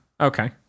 Okay